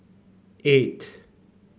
eight